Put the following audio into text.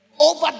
over